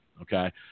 Okay